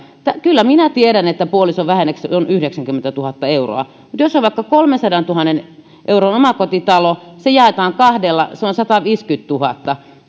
kyllä minä tiedän että puolisovähennys on yhdeksänkymmentätuhatta euroa mutta jos on vaikka kolmensadantuhannen euron omakotitalo ja se jaetaan kahdella se on sataviisikymmentätuhatta